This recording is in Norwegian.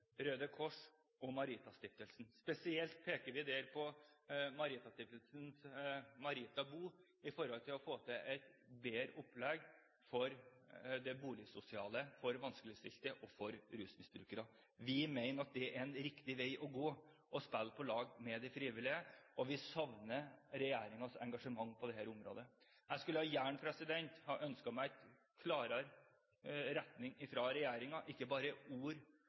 Røde Kors og Maritastiftelsen. Spesielt peker vi der på Maritastiftelsens Marita Bo for å få til et bedre opplegg når det gjelder det boligsosiale for vanskeligstilte og rusmisbrukere. Vi mener at det er en riktig vei å gå, å spille på lag med de frivillige. Vi savner regjeringens engasjement på dette området. Jeg kunne gjerne ha ønsket meg en klarere retning fra regjeringen – ikke bare ord